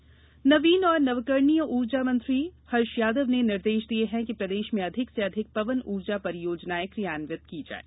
ऊर्जा परियोजना नवीन और नवकरणीय ऊर्जा मंत्री हर्ष यादव ने निर्देश दिये हैं कि प्रदेश में अधिक से अधिक पवन ऊर्जा परियोजनाएं कियान्वित की जायें